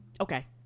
Okay